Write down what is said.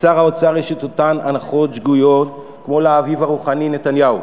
לשר האוצר יש את אותן הנחות שגויות כמו לאביו הרוחני נתניהו.